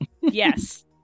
Yes